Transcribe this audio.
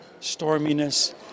storminess